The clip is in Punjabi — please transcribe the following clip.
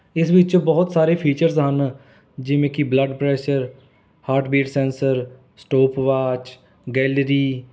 ਇਸ ਵਿੱਚ ਬਹੁਤ ਸਾਰੇ ਫੀਚਰਸ ਹਨ ਜਿਵੇਂ ਕਿ blood pressure heart beat sensor stopwatch gallery